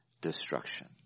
Destruction